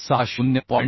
606 0